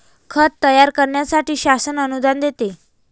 खत तयार करण्यासाठी शासन अनुदान देते